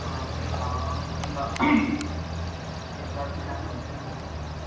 अँ फ्रेस हावा आउँछ अन्त हेल्थलाई पनि राम्रो हुन्छ नि हो